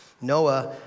Noah